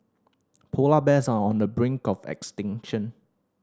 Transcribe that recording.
polar bears are on the brink of extinction